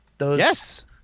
Yes